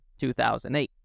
2008